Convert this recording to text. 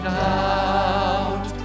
doubt